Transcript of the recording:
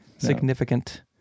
Significant